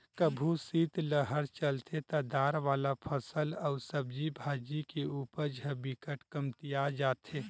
कभू सीतलहर चलथे त दार वाला फसल अउ सब्जी भाजी के उपज ह बिकट कमतिया जाथे